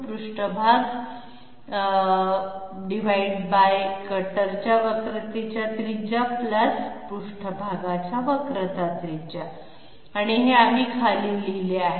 पृष्ठभाग कटरच्या वक्रतेच्या त्रिज्या पृष्ठभागाच्या वक्रता त्रिज्या हे आम्ही खाली लिहिले आहे